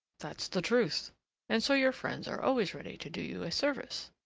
that's the truth and so your friends are always ready to do you a service.